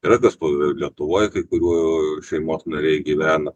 yra kas pavegetuoja kai kurių šeimos nariai gyvena